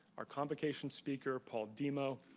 our convocation speaker paul dimoh.